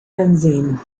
benzene